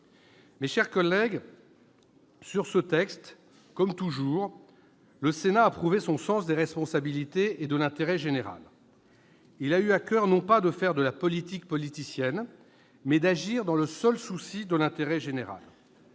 Mes chers collègues, sur ce texte, le Sénat a, comme toujours, prouvé son sens des responsabilités et de l'intérêt général. Il a eu à coeur non pas de faire de la politique politicienne, mais d'agir dans le seul souci de l'intérêt général.